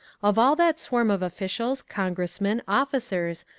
of all that swarm of officials, congressmen, officers,